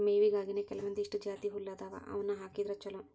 ಮೇವಿಗಾಗಿನೇ ಕೆಲವಂದಿಷ್ಟು ಜಾತಿಹುಲ್ಲ ಅದಾವ ಅವ್ನಾ ಹಾಕಿದ್ರ ಚಲೋ